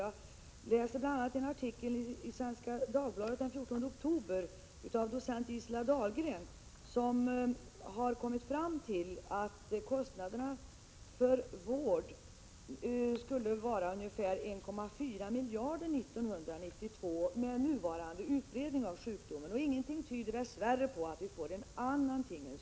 Jag har läst bl.a. en artikel i Svenska Dagbladet den 14 oktober av docent Gisela Dahlquist, som har kommit fram till att kostnaderna för vård skulle vara ungefär 1,4 miljarder år 1992 med nuvarande utbredning av sjukdomen. Inget tyder dess värre på att vi får en annan tingens ordning.